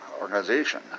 organization